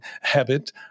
habit